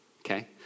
okay